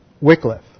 Wycliffe